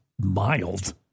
mild